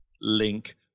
link